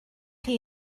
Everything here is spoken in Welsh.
chi